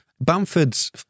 Bamford's